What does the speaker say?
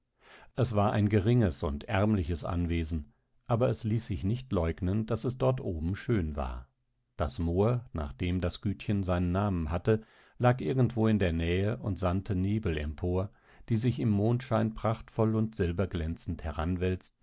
es war ein geringes und ärmliches anwesen aber es ließ sich nicht leugnen daß es dort oben schön war das moor nach dem das gütchen seinen namen hatte lag irgendwo in der nähe und sandte nebel empor die sich im mondschein prachtvoll und silberglänzend